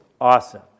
awesome